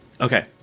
Okay